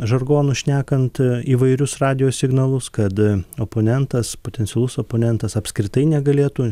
žargonu šnekant įvairius radijo signalus kad oponentas potencialus oponentas apskritai negalėtų